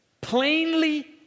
plainly